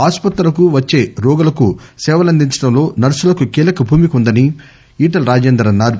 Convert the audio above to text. ఆస్పత్రులకు వచ్చే రోగులకు సేవలందించడంలో నర్పులకు కీలక భూమిక ఉందని ఈటల రాజేందర్ అన్నారు